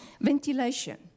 Ventilation